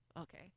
Okay